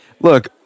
Look